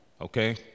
okay